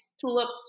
tulips